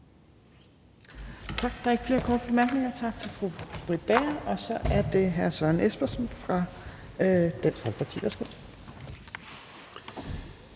Tak. Der er ikke flere korte bemærkninger. Tak til fru Britt Bager. Og så er det hr. Søren Espersen fra Dansk Folkeparti. Værsgo.